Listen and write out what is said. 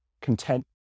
content